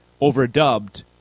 overdubbed